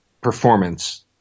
performance